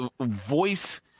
voice